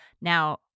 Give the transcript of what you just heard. Now